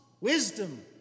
wisdom